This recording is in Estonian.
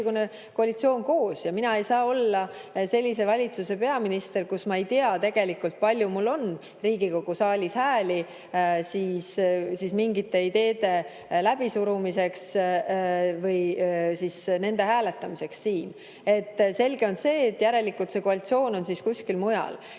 koalitsioon koos. Mina ei saa olla sellise valitsuse peaminister, kus ma ei tea tegelikult, kui palju mul on Riigikogu saalis hääli mingite ideede läbisurumiseks või nende hääletamiseks siin. Selge on see, et järelikult on koalitsioon siis kuskil mujal.